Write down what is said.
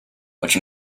which